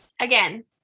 Again